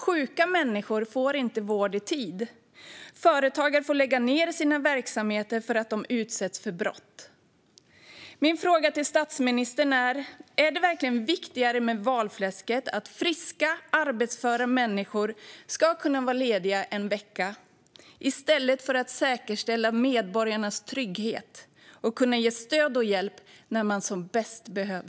Sjuka människor får inte vård i tid. Företagare får lägga ned sina verksamheter eftersom de utsätts för brott. Är det verkligen viktigare, statsministern, med valfläsket, nämligen att friska, arbetsföra människor ska vara lediga en vecka i stället för att säkerställa medborgarnas trygghet att få det stöd och den hjälp de behöver?